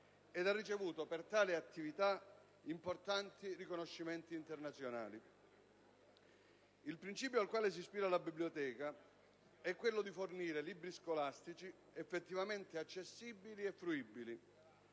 e ha ricevuto per tale attività importanti riconoscimenti internazionali. Il principio al quale si ispira la Biblioteca è quello di fornire libri scolastici effettivamente accessibili e fruibili,